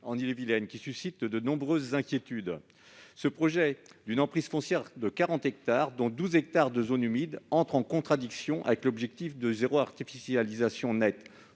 en Ille-et-Vilaine, qui suscite de nombreuses inquiétudes. Ce projet, d'une emprise foncière de quarante hectares, dont douze hectares de zones humides, entre en contradiction avec l'objectif « zéro artificialisation nette